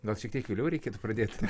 gal šiek tiek vėliau reikėtų pradėti